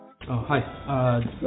Hi